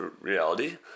reality